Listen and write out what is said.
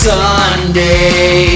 Sunday